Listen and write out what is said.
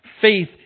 Faith